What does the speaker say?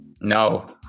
no